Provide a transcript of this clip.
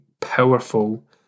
powerful